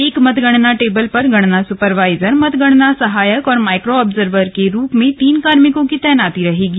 एक मतगणना टेबल पर गणना सुपरवाइजर मतगणना सहायक और माइक्रो आब्जर्बर के रूप में तीन कार्मिकों की तैनाती रहेगी